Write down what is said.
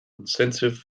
incentive